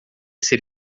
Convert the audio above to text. ser